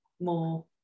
more